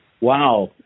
Wow